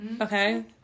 Okay